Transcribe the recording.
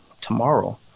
tomorrow